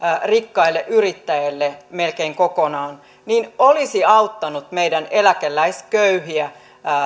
rikkaille yrittäjille melkein kokonaan olisi auttanut meidän eläkeläisköyhiä